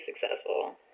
successful